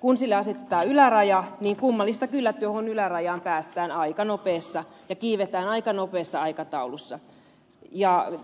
kun sille asetetaan yläraja niin kummallista kyllä tuohon ylärajaan päästään aika nopeasti ja kiivetään aika nopeassa aikataulussa